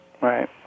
Right